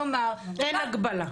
כלומר --- אין הגבלה.